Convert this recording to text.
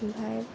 ओमफ्राय